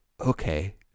Okay